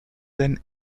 than